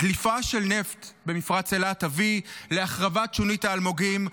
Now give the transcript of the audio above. דליפה של נפט במפרץ אילת תביא להחרבת שונית האלמוגים,